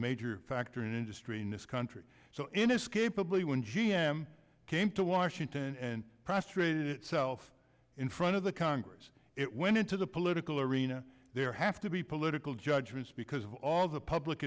major factor in industry in this country so inescapably when g m came to washington and prostrated itself in front of the congress it went into the political arena there have to be political judgments because of all the public